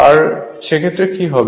আর সে ক্ষেত্রে কী হবে